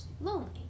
lonely